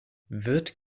wird